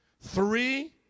three